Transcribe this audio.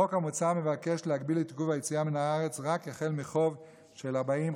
החוק המוצע מבקש להגביל את עיכוב היציאה מהארץ רק מחוב של 40,000,